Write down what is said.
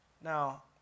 Now